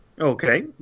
okay